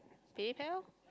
they eat pair lor